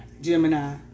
Gemini